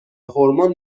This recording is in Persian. هورمون